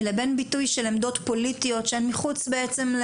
לבין ביטוי של עמדות פוליטיות שהן מחוץ בעצם,